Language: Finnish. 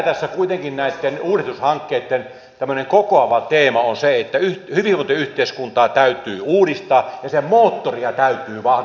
tässä kuitenkin näiden uudistushankkeiden tämmöinen kokoava teema on se että hyvinvointiyhteiskuntaa täytyy uudistaa ja sen moottoria täytyy vahvistaa